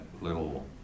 little